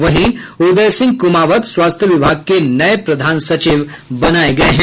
वहीं उदय सिंह कुमावत स्वास्थ्य विभाग के नये प्रधान सचिव बनाये गये हैं